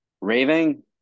raving